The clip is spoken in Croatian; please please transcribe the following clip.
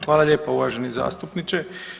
Hvala lijepa uvaženi zastupniče.